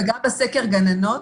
גם בסקר גננות